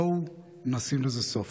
בואו נשים לזה סוף.